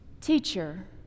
Teacher